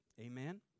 Amen